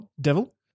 Devil